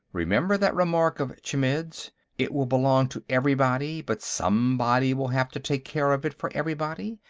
remember that remark of chmidd's it will belong to everybody, but somebody will have to take care of it for everybody.